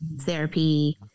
therapy